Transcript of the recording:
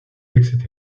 etc